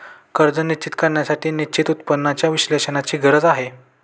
कर्ज निश्चित करण्यासाठी निश्चित उत्पन्नाच्या विश्लेषणाची गरज आहे